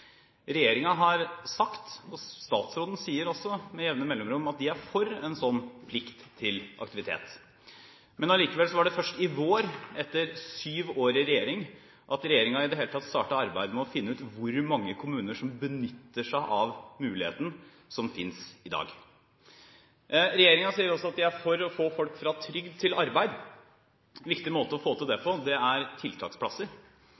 har sagt, og statsråden sier også med jevne mellomrom, at de er for en slik plikt til aktivitet. Men likevel var det først i vår, etter syv år i regjering, at regjeringen i det hele tatt startet arbeidet med å finne ut hvor mange kommuner som benytter seg av muligheten som finnes i dag. Regjeringen sier også at de er for å få folk fra trygd til arbeid. En viktig måte å få til det